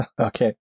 okay